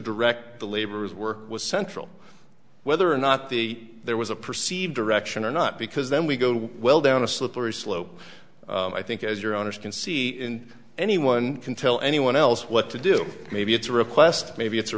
direct the laborers work was central whether or not the there was a perceived direction or not because then we go down a slippery slope i think as your owners can see in anyone can tell anyone else what to do maybe it's a request maybe it's a